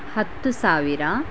ಹತ್ತು ಸಾವಿರ